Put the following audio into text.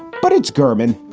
but it's german.